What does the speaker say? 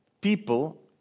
people